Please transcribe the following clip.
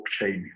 blockchain